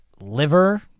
Liver